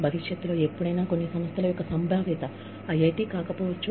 భవిష్యత్తులో ఎప్పుడైనా కొన్ని సంస్థల యొక్క సంభావ్యత ఉండవచ్చు బహుశా ఐఐటి కాకపోవచ్చు